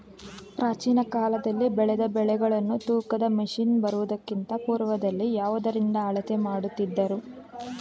ಪ್ರಾಚೀನ ಕಾಲದಲ್ಲಿ ಬೆಳೆದ ಬೆಳೆಗಳನ್ನು ತೂಕದ ಮಷಿನ್ ಬರುವುದಕ್ಕಿಂತ ಪೂರ್ವದಲ್ಲಿ ಯಾವುದರಿಂದ ಅಳತೆ ಮಾಡುತ್ತಿದ್ದರು?